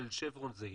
ושל 'שברון' זהים,